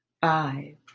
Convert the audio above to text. five